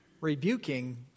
rebuking